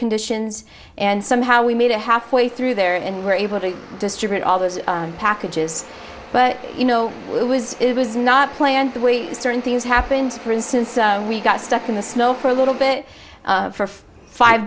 conditions and somehow we made it halfway through there and were able to distribute all those packages but you know it was it was not planned the way certain things happened for instance we got stuck in the snow for a little bit for five